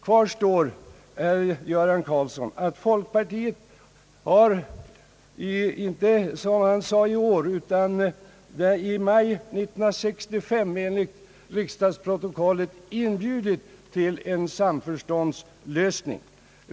Kvar står, herr Göran Karlsson, att folkpartiet har — inte som han sade »i år», utan i maj 1965 enligt riksdagsprotokollet — inbjudit till en samförståndslösning.